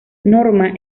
norma